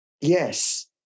Yes